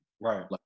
right